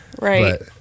Right